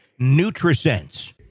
Nutrisense